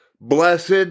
blessed